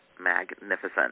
magnificent